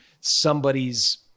somebody's